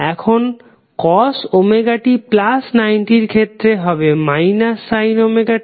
এখন cos ωt90 এর ক্ষেত্রে এটা হবে sin ωt